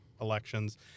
elections